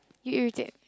you irritate